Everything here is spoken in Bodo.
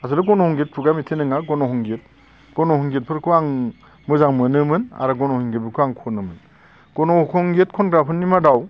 आसलथे गन'हंगित खुगा मेथाइ नङा गन' हंगित गन' हंगितफोरखौ आं मोजां मोनोमोन आरो गन' हंगित फोरखौ आं खनोमोन गन' हंगित खनग्राफोरनि मादाव